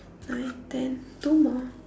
nine ten two more